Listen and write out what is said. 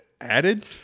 added